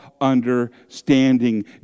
understanding